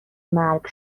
مرگ